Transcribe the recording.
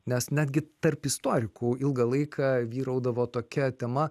nes netgi tarp istorikų ilgą laiką vyraudavo tokia tema